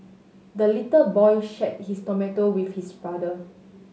the little boy shared his tomato with his brother